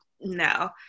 no